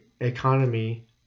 economy